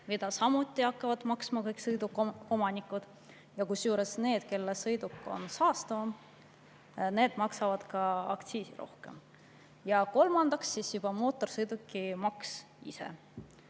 mida samuti hakkavad maksma kõik sõidukiomanikud. Kusjuures need, kelle sõiduk on saastavam, maksavad aktsiisi rohkem. Ja kolmandaks, mootorsõidukimaks ise.